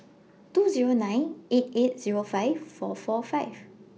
two Zero nine eight eight Zero five four four five